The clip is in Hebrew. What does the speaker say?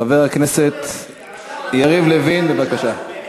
חבר הכנסת יריב לוין, בבקשה.